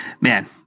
man